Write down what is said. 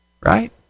right